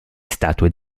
statue